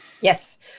Yes